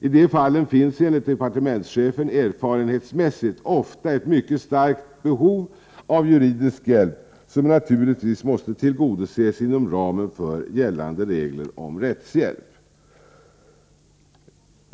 I de fallen finns enligt departementschefen erfarenhetsmässigt ofta ett mycket starkt behov av juridisk hjälp, som naturligtvis måste tillgodoses inom ramen för gällande regler om rättshjälp.